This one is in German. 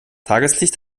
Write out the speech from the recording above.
tageslicht